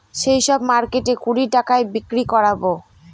সেই সব মার্কেটে কুড়ি টাকায় বিক্রি করাবো